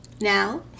Now